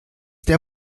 der